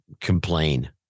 complain